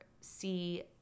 see